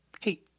Hey